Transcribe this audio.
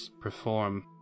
perform